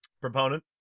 Proponent